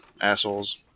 assholes